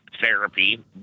therapy